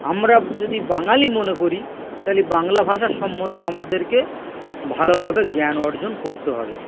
আমরা যদি বাঙালি মনে করি তাহলে বাংলা ভাষা সম্বন্ধে আমাদেরকে ভালোভাবে জ্ঞান অর্জন করতে হবে